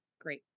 great